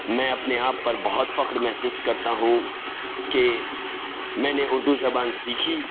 میں اپنے آپ پر بہت فخر محسوس کرتا ہوں کہ میں نے اردو زبان سیکھی